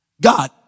God